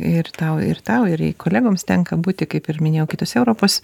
ir tau ir tau ir kolegoms tenka būti kaip ir minėjau kitose europos